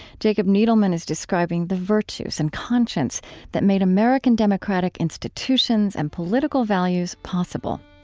jacob needleman is describing the virtues and conscience that made american democratic institutions and political values possible.